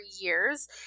years